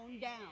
down